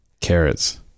carrots